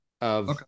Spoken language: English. of-